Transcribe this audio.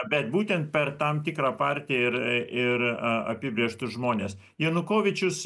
bet būtent per tam tikrą partiją ir ir apibrėžtus žmones janukovičius